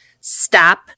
Stop